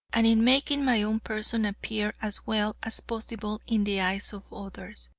and in making my own person appear as well as possible in the eyes of others.